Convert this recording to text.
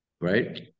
Right